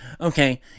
Okay